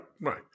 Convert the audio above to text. right